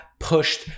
pushed